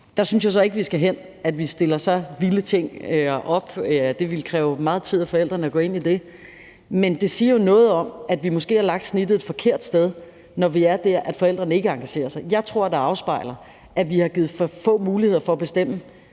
Jeg synes så ikke, at vi skal derhen, hvor vi stiller så vilde ting op; det ville kræve meget tid af forældrene at gå ind i det. Men det siger jo noget om, at vi måske har lagt snittet et forkert sted, når vi er der, at forældrene ikke engagerer sig. Jeg tror, det afspejler, at vi har givet for få muligheder for at bestemme